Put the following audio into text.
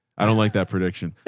i don't like that. prediction.